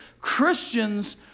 Christians